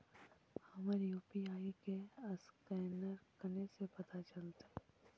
हमर यु.पी.आई के असकैनर कने से पता चलतै?